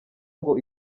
ngo